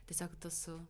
tiesiog tu su